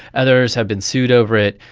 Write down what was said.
others have been sued over it.